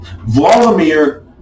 Vladimir